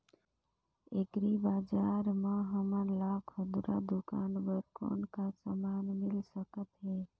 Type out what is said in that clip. Agri बजार म हमन ला खुरदुरा दुकान बर कौन का समान मिल सकत हे?